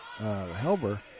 Helber